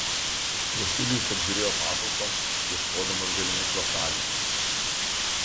vasilijus apžiūrėjo patalpą ieškodamas galimų slaptaviečių